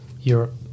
Europe